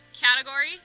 Category